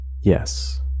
yes